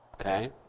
Okay